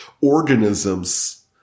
organisms